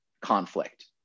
conflict